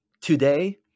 today